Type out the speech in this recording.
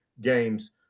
games